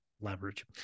leverage